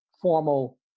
formal